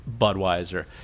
Budweiser